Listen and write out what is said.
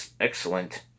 excellent